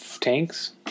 Tanks